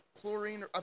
chlorine